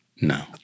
No